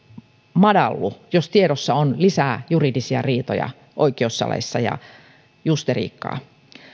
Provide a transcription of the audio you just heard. madallu jos tiedossa on lisää juridisia riitoja oikeussaleissa ja justeriikkaa